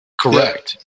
Correct